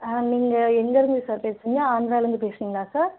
ஆ நீங்கள் எங்கேயிருந்து சார் பேசுகிறீங்க ஆந்திராவிலேருந்து பேசுகிறீங்களா சார்